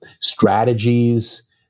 strategies